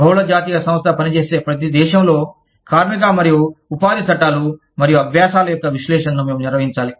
బహుళ జాతీయ సంస్థ పనిచేసే ప్రతి దేశం లో కార్మిక మరియు ఉపాధి చట్టాలు మరియు అభ్యాసాల యొక్క విశ్లేషణను మేము నిర్వహించాలి